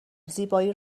زیبایی